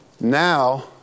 Now